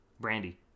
Brandy